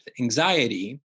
anxiety